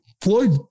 Floyd